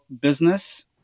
business